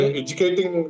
educating